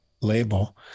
label